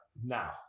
Now